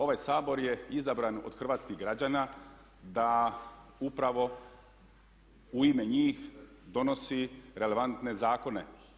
Ovaj Sabor je izabran od hrvatskih građana da upravo u ime njih donosi relevantne zakone.